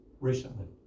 recently